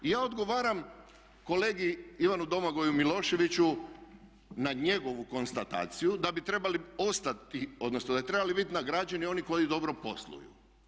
I ja odgovaram kolegi Ivanu Domagoju Miloševiću na njegovu konstataciju da bi trebali ostati, odnosno da bi trebali biti nagrađeni oni koji dobro posluju.